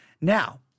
Now